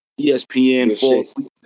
ESPN